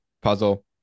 Puzzle